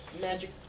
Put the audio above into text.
magic